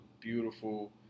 beautiful